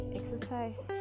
exercise